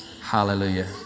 Hallelujah